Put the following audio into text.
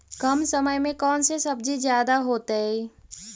कम समय में कौन से सब्जी ज्यादा होतेई?